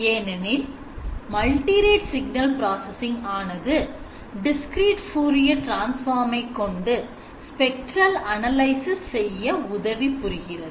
ஏனெனில் multi rate signal processing ஆனது Discrete Fourier Transform ஐ கொண்டு ஸ்பெஷல் அனலைசிஸ் செய்ய உதவி புரிகிறது